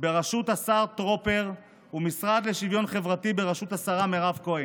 בראשות השר טרופר והמשרד לשוויון חברתי בראשות השרה מירב כהן,